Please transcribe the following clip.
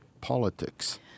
politics